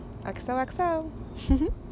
XOXO